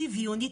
שוויונית,